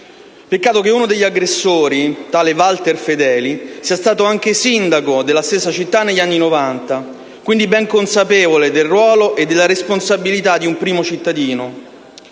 Peccato che uno degli aggressori, tale Walter Fedele, sia stato anche sindaco della stessa città negli anni Novanta, quindi ben consapevole del ruolo e della responsabilità di un primo cittadino.